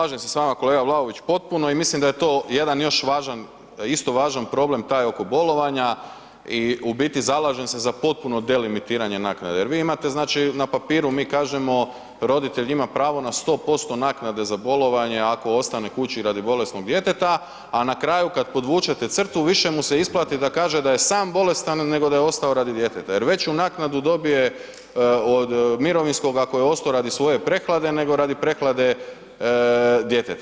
Slažem se s vama kolega Vlaović potpuno i mislim da je to još jedan isto važan problem taj oko bolovanja i u biti zalažem se za potpuno delimitiranje naknade jer vi imate na papiru mi kažemo roditelj ima pravo na 100% nakade za bolovanje ako ostane kući radi bolesnog djeteta, a na kraju kada podvučete crtu više mu se isplati da kaže da je sam bolestan nego da je ostao radi djeteta jer veću naknadu dobije od mirovinskog ako je ostao radi svoje prehlade nego radi prehlade djeteta.